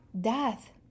death